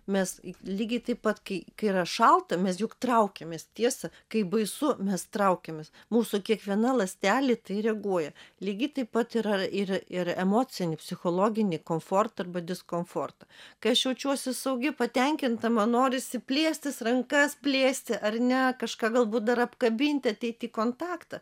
mes lygiai taip pat kai kai yra šalta mes juk traukiamės tiesa kai baisu mes traukiamės mūsų kiekviena ląstelė į tai reaguoja lygiai taip pat yra ir ir emocinį psichologinį komfortą arba diskomfortą kai aš jaučiuosi saugi patenkinta man norisi plėstis rankas plėsti ar ne kažką galbūt dar apkabinti ateiti į kontaktą